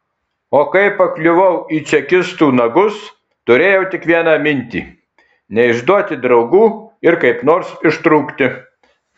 o kai pakliuvau į čekistų nagus turėjau tik vieną mintį neišduoti draugų ir kaip nors ištrūkti